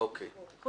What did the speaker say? כל